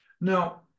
Now